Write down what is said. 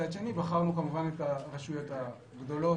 מצד שני בחרנו את הרשויות הגדולות